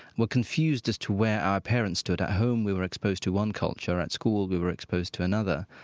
we're confused as to where our parents stood. at home we were exposed to one culture at school we were exposed to another.